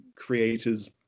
creators